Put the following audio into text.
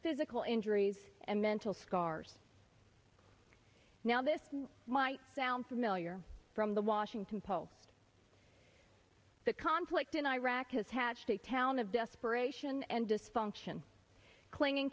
physical injuries and mental scars now this might sound familiar from the washington post the conflict in iraq has hatched a town of desperation and dysfunction clinging